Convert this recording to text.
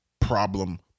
Problem